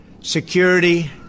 Security